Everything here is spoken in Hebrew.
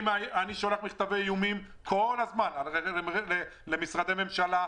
אני שולח מכתבי איומים כל הזמן למשרדי ממשלה.